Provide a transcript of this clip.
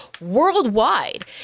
worldwide